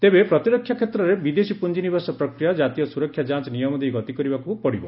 ତେବେ ପ୍ରତିରକ୍ଷା କ୍ଷେତ୍ରରେ ବିଦେଶୀ ପ୍ରଂଜିନିବେଶ ପ୍ରକ୍ୟା କାତୀୟ ସ୍ୱରକ୍ଷା ଯାଂଚ୍ ନିୟମ ଦେଇ ଗତି କରିବାକୁ ପଡିବ